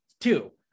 two